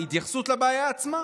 התייחסות לבעיה עצמה.